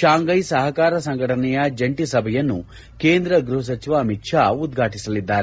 Shanghai ಸಹಕಾರ ಸಂಘಟನೆಯ ಜಂಟಿ ಸಭೆಯನ್ನು ಕೇಂದ್ರ ಗೃಹ ಸಚಿವ ಅಮಿತ್ ಶಾ ಉದ್ಪಾಟಿಸಲಿದ್ದಾರೆ